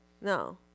No